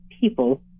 people